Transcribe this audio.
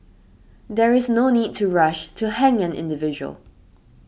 there is no need to rush to hang an individual